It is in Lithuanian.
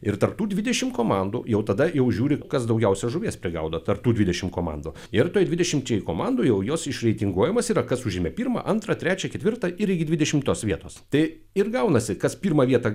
ir tarp tų dvidešimt komandų jau tada jau žiūri kas daugiausia žuvies prigaudo tarp tų dvidešimt komandų ir toj dvidešimčiai komandų jau jos išreitinguojamos yra kas užėmė pirmą antrą trečią ketvirtą ir iki dvidešimtos vietos tai ir gaunasi kas pirmą vietą